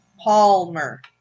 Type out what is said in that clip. Palmer